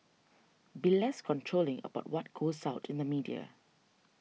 be less controlling about what goes out in the media